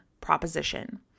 proposition